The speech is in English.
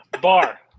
Bar